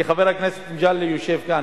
חבר הכנסת מגלי יושב כאן,